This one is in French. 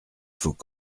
faut